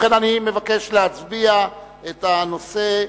אני מבקש להצביע על הנושא.